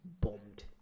bombed